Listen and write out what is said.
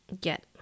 get